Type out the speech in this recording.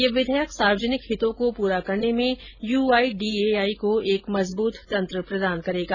यह विधेयक सार्वजनिक हितों को पूरा करने में यूआईडीएआई को एक मजबूत तंत्र प्रदान करेगा